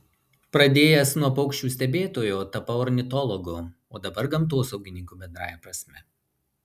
pradėjęs nuo paukščių stebėtojo tapau ornitologu o dabar gamtosaugininku bendrąja prasme